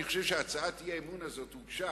אני חושב שהצעת האי-אמון הזאת הוגשה